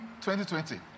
2020